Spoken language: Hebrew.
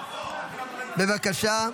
בבקשה,